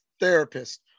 therapist